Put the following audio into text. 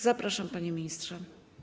Zapraszam, panie ministrze.